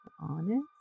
honest